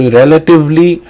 relatively